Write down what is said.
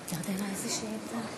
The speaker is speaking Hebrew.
אני אבקש מכל חברי הכנסת לשבת.